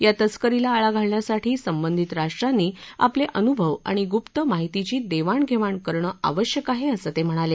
या तस्करीला आळा घालण्यासाठी संबंधित राष्ट्रांनी आपले अनुभव आणि गुप्त माहितीची देवाण घेवाण करणं आवश्यक आहे असं ते म्हणाले